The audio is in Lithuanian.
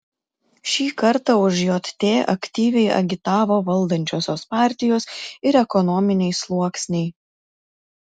šį kartą už jt aktyviai agitavo valdančiosios partijos ir ekonominiai sluoksniai